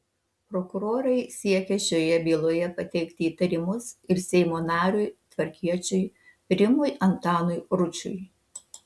prokurorai siekia šioje byloje pateikti įtarimus ir seimo nariui tvarkiečiui rimui antanui ručiui